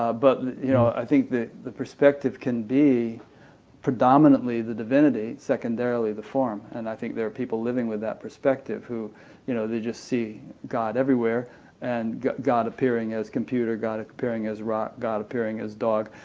ah but you know i think the the perspective can be predominantly the divinity, secondarily the form. and i think there are people living with that perspective, who you know just see god everywhere and god god appearing as computer, god appearing as rock, god appearing as dog.